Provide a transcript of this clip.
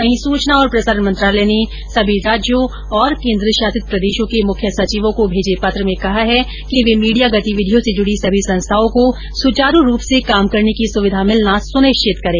वहीं सूचना और प्रसारण मंत्रालय ने सभी राज्यों और केन्द्र शासित प्रदेशों के मुख्य सचिवों को भेजे पत्र में कहा है कि वे मीडिया गतिविधियों से जुड़ी सभी संस्थाओं को सुचारू रूप से काम करने की सुविधा मिलना सुनिश्चित करें